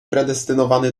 predestynowany